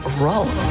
wrong